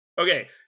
okay